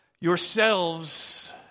yourselves